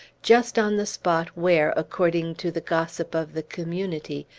just on the spot where, according to the gossip of the community,